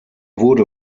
wurde